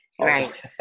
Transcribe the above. Right